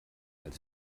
als